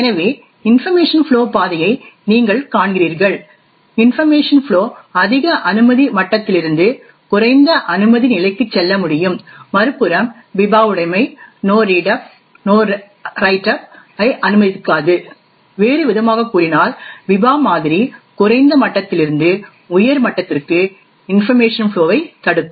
எனவே information flow பாதையை நீங்கள் காண்கிறீர்கள் இன்பர்மேஷன் ஃப்ளோ அதிக அனுமதி மட்டத்திலிருந்து குறைந்த அனுமதி நிலைக்கு செல்ல முடியும் மறுபுறம் பிபா உடைமை no read up no write up ஐ அனுமதிக்காது வேறுவிதமாகக் கூறினால் பிபா மாதிரி குறைந்த மட்டத்திலிருந்து உயர் மட்டத்திற்கு இன்பர்மேஷன் ஃப்ளோ ஐ தடுக்கும்